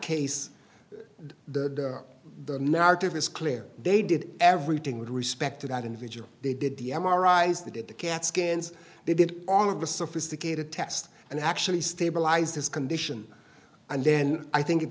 case the narrative is clear they did everything with respect to that individual they did the m r i is they did the cat scans they did all of a sophisticated test and actually stabilize this condition and then i think